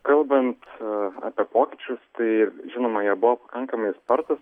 kalbant apie pokyčius tai žinoma jie buvo pakankamai spartūs